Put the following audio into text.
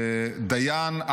דיין,